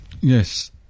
Yes